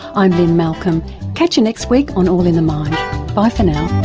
i'm lynne malcolm catch you next week on all in the mind bye for now